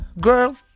girl